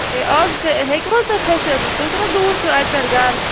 ہے آز ہیٚکوٕ حظ تُہۍ کھٔسِتھ تُہۍ کوٗتاہ دوٗر چھُو اَتہِ پٮ۪ٹھ گرٕ